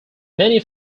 many